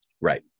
Right